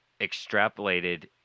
extrapolated